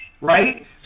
right